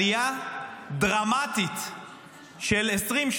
עלייה דרמטית של 20%,